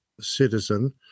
citizen